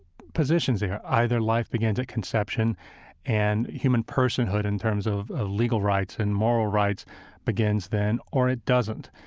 positions here. either life begins at conception and human personhood in terms of ah legal rights and moral rights begins then or it doesn't.